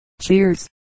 Cheers